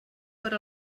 per